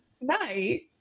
night